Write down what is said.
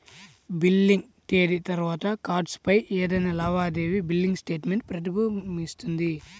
billing తేదీ తర్వాత కార్డ్పై ఏదైనా లావాదేవీ బిల్లింగ్ స్టేట్మెంట్ ప్రతిబింబిస్తుంది